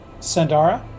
Sandara